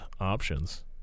options